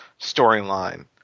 storyline